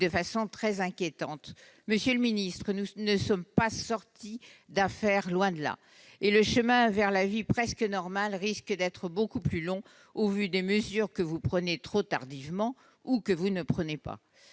façon très inquiétante. Monsieur le ministre, nous ne sommes pas sortis d'affaire, loin de là, et le chemin vers la vie presque normale risque d'être beaucoup plus long qu'annoncé au vu des mesures que vous prenez trop tardivement, ou que vous ne prenez pas.